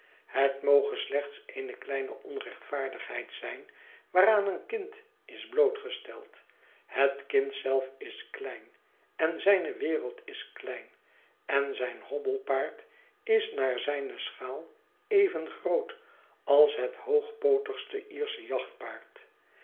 het rnoge slechts eene kleine onrechtvaardigheid zijn waaraan een kind is blootgesteld het kind zelf is klein en zijne wereld is klein en zijn hobbelpaard is naar zijne schaal even groot als het hoogpootigste iersche jachtpaard